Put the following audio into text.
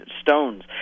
stones